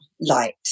light